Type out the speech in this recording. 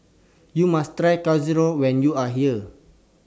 YOU must Try Chorizo when YOU Are here